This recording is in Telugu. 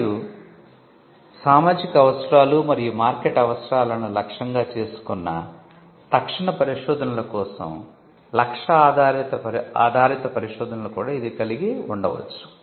మరియు సామాజిక అవసరాలు మరియు మార్కెట్ అవసరాలను లక్ష్యంగా చేసుకున్న తక్షణ పరిశోధనల కోసం లక్ష్య ఆధారిత పరిశోధనలను కూడా ఇది కలిగి ఉండవచ్చు